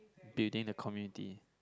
building the community